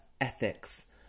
ethics